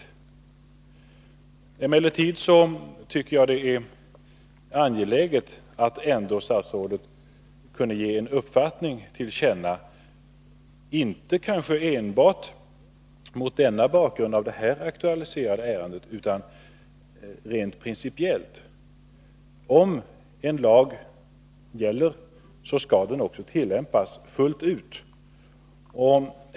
Jag tycker emellertid att det är angeläget att statsrådet ger en uppfattning till känna, inte enbart mot bakgrund av det här aktualiserade ärendet, utan rent principiellt. Om en lag gäller skall den också tillämpas fullt ut.